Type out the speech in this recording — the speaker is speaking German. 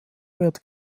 wird